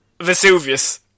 Vesuvius